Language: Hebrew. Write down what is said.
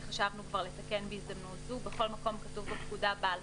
הצעת חוק לתיקון פקודת הכלבת (בידוד בעלי